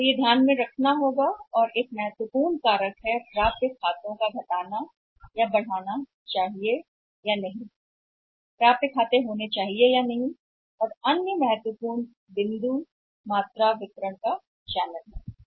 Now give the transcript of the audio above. तो यह ध्यान में रखना होगा और एक महत्वपूर्ण कारण है कि खातों को बढ़ाना या घटाना प्राप्य है कि क्या यह प्राप्य खाते होना चाहिए या नहीं यह भी निर्भर करता है एक और महत्वपूर्ण बिंदु यह है कि वितरण का सही चैनल महत्वपूर्ण प्रश्न है यहाँ